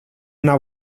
una